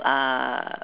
uh